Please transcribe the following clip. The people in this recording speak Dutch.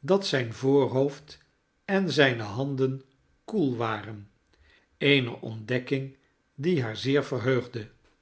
dat zijn voorhoofd en zijne handen koel waren eene ontdekking die haar zeer verheugde